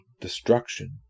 destruction